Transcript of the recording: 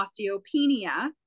osteopenia